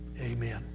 amen